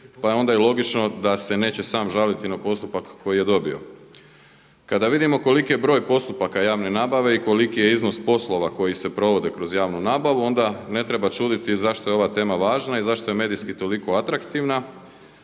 pa je onda logično da se neće sam žaliti na postupak koji je dobio. Kada vidimo koliki je broj postupaka javne nabave i koliki je iznos poslova koji se provode kroz javnu nabavu onda ne treba čuditi zašto je ova tema važna i zašto je medijski toliko atraktivna.